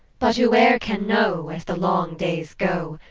but whoe'er can know, as the long days go,